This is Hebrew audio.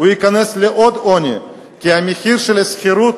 הוא ייכנס לעוד עוני, כי המחיר של השכירות,